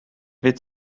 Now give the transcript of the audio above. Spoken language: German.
wird